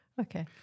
Okay